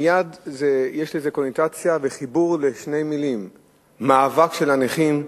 מייד יש לזה קונוטציה וחיבור לשתי מלים: מאבק של הנכים,